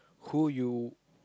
who you